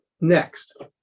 Next